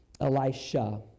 Elisha